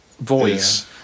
voice